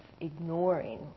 ignoring